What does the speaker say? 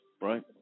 Right